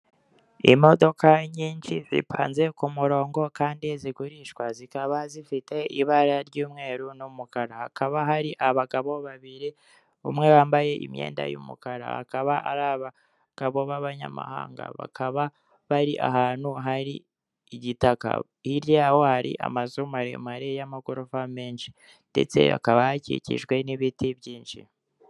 Imodoka nyinshi zipanze k'umurongo kandi zigurishwa, zikaba zifite ibara ry'umweru n'umukara, hakaba hari abagabo babiri umwe wambaye imyenda y'umukara, akaba ari abagabo babanyamahanga bakaba bari ahantu hari igitaka, hirya yaho hari amazu maremare y'amagorofa menshi ndetse hakaba hakikijwe n'ibiti byinshi.